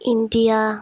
India